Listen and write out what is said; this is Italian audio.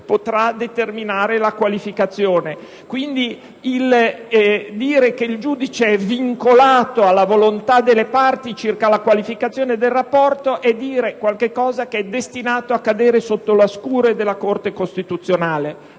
fondare la corretta qualificazione. Pertanto, dire che il giudice è vincolato alla volontà delle parti circa la qualificazione del rapporto equivale a dire qualcosa che è destinato a cadere sotto la scure della Corte costituzionale.